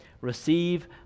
Receive